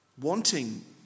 Wanting